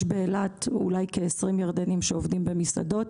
יש באילת אולי כ-20 ירדנים שעובדים במסעדות